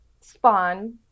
spawn